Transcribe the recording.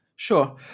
Sure